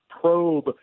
probe